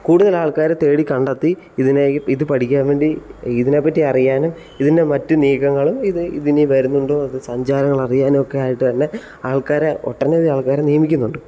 കൂടുതൽ ആൾക്കാരെ തേടി കണ്ടെത്തി ഇതിനെ ഇത് പഠിക്കാൻ വേണ്ടി ഇതിനെപ്പറ്റി അറിയാനും ഇതിൻ്റെ മറ്റ് നീക്കങ്ങളും ഇത് ഇതിനി വരുന്നുണ്ടോ അത് സഞ്ചാരങ്ങൾ അറിയാനൊക്കെ ആയിട്ടുതന്നെ ആൾക്കാരെ ഒട്ടനവധി ആൾക്കാരെ നിയമിക്കുന്നുണ്ട് അപ്പം